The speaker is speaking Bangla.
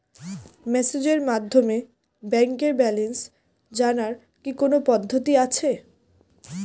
মেসেজের মাধ্যমে ব্যাংকের ব্যালেন্স জানার কি কোন পদ্ধতি আছে?